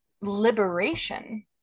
liberation